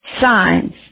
signs